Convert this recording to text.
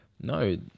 no